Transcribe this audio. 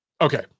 Okay